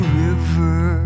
river